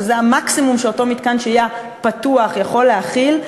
שזה המקסימום שאותו מתקן שהייה פתוח יכול להכיל,